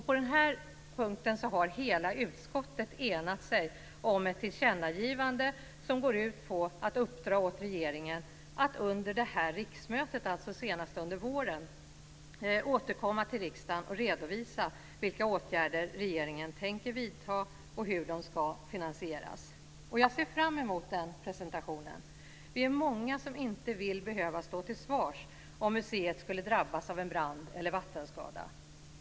På den här punkten har hela utskottet enat sig om ett tillkännagivande, som går ut på att uppdra åt regeringen att under det här riksmötet, alltså senast under våren, återkomma till riksdagen och redovisa vilka åtgärder regeringen tänker vidta och hur de ska finansieras. Jag ser fram emot den presentationen. Det är många som inte vill behöva stå till svars om museet skulle drabbas av en brand eller vattenskada.